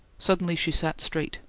suddenly she sat straight.